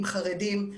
עם חרדים,